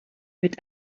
mit